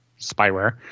spyware